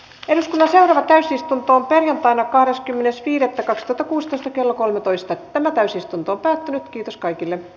esillä ovat istuntoon perjantaina kahdeskymmenes viidettä kaksi toto kuusitoista kello kolmetoista täysistunto päättynyt kiitos kaikille